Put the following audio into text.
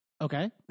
okay